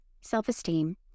Self-esteem